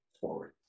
forward